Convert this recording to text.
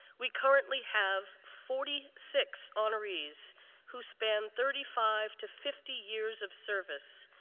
we currently have forty six honorees who span thirty five to fifty years of service.